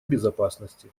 безопасности